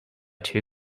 two